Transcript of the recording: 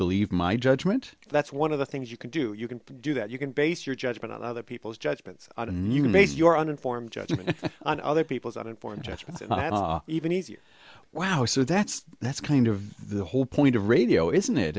believe my judgment that's one of the things you can do you can do that you can base your judgment on other people's judgments on a new made your uninformed judgment on other people's uninformed judgments and i had an even easier wow so that's that's kind of the whole point of radio isn't it